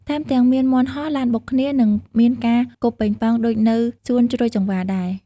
ថែមទាំង មានមាន់ហោះ ឡានបុកគ្នា និងមានការគប់ប៉េងប៉ោងដូចនៅសួនជ្រោយចង្វារដែរ។